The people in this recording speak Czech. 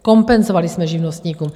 Kompenzovali jsme živnostníkům.